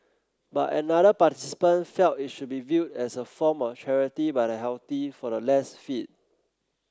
but another participant felt it should be viewed as a form of charity by the healthy for the less fit